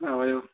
اَوَے ہو